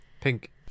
pink